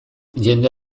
jende